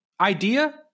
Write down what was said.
idea